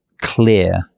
clear